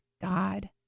God